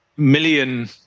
million